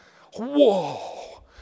Whoa